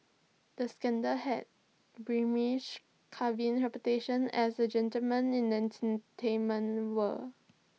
the scandal had Kevin's reputation as A gentleman in an entertainment world